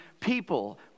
people